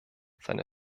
seine